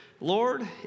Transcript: Lord